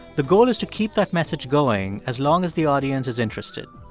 the goal is to keep that message going as long as the audience is interested.